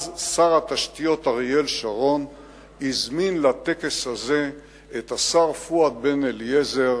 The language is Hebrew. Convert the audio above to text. שר התשתיות אריאל שרון הזמין אז לטקס הזה את השר פואד בן-אליעזר,